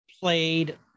played